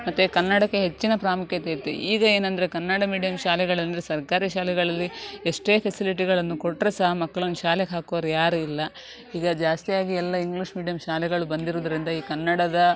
ಮತ್ತು ಕನ್ನಡಕ್ಕೆ ಹೆಚ್ಚಿನ ಪ್ರಾಮುಖ್ಯತೆ ಇತ್ತು ಈಗ ಏನಂದರೆ ಕನ್ನಡ ಮೀಡಿಯಮ್ ಶಾಲೆಗಳಂದರೆ ಸರ್ಕಾರಿ ಶಾಲೆಗಳಲ್ಲಿ ಎಷ್ಟೇ ಫೆಸಿಲಿಟಿಗಳನ್ನು ಕೊಟ್ಟರೆ ಸಹ ಮಕ್ಳನ್ನು ಶಾಲೆಗೆ ಹಾಕುವವ್ರು ಯಾರೂ ಇಲ್ಲ ಈಗ ಜಾಸ್ತಿ ಆಗಿ ಎಲ್ಲ ಇಂಗ್ಲೀಷ್ ಮೀಡಿಯಮ್ ಶಾಲೆಗಳು ಬಂದಿರೋದರಿಂದ ಈ ಕನ್ನಡದ